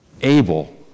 Abel